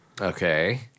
Okay